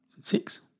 six